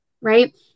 right